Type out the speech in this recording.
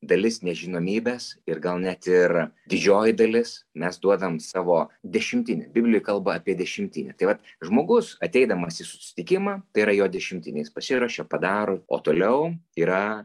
dalis nežinomybės ir gal net ir didžioji dalis mes duodam savo dešimtinę biblijoj kalba apie dešimtinę tai vat žmogus ateidamas į susitikimą tai yra jo dešimtinė jis pasiruošia padaro o toliau yra